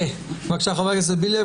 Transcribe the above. בבקשה, חבר הכנסת בליאק.